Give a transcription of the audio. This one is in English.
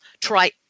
Try